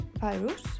virus